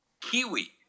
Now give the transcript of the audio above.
Kiwi